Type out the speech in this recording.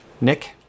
Nick